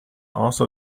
also